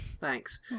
thanks